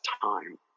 time